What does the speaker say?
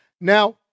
Now